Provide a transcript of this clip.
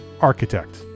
architect